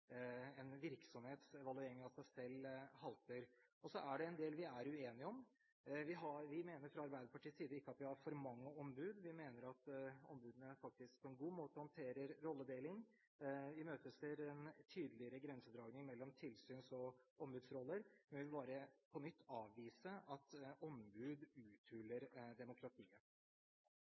en virksomhetsevaluering av seg selv halter. Så er det en del vi er uenige om. Fra Arbeiderpartiets side mener vi ikke at vi har for mange ombud. Vi mener at ombudene faktisk håndterer rolledeling på en god måte. Vi imøteser en tydeligere grensedragning mellom tilsynsroller og ombudsroller, men vil bare på nytt avvise at ombud uthuler demokratiet.